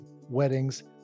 weddings